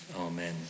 amen